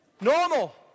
Normal